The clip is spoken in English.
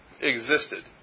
existed